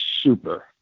super